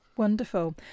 Wonderful